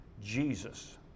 Jesus